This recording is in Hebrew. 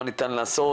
מה ניתן לעשות?